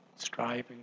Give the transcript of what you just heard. striving